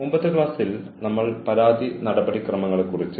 ഇന്ന് ഇത് നിങ്ങൾക്കുള്ള അവസാനത്തെ പ്രഭാഷണങ്ങളിൽ ഒന്നാണ്